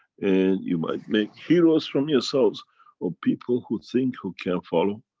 and you might make heroes from yourselves or people who think, who can follow.